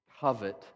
covet